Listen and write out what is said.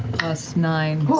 plus nine,